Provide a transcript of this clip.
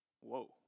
Whoa